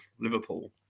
Liverpool